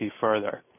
further